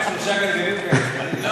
שלושה גלגלים כאלה.